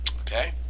okay